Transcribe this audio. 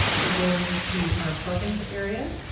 we're going to our plugins area,